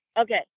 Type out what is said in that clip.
Okay